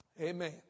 Amen